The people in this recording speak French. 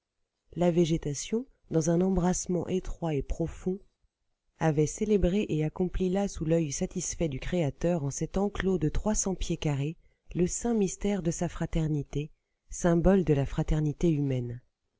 la végétation dans un embrassement étroit et profond avait célébré et accompli là sous l'oeil satisfait du créateur en cet enclos de trois cents pieds carrés le saint mystère de sa fraternité symbole de la fraternité humaine